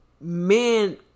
men